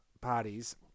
parties